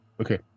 Okay